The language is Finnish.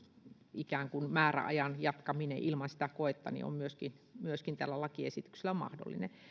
määräajan jatkaminen ilman sitä koetta on myöskin myöskin tällä lakiesityksellä mahdollinen